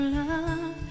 love